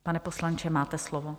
Pane poslanče, máte slovo.